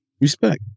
respect